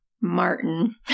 Martin